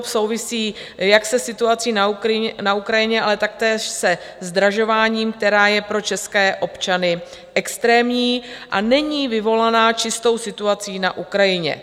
Souvisí jak se situací na Ukrajině, ale taktéž se zdražováním, které je pro české občany extrémní, a není vyvolaná čistou situací na Ukrajině.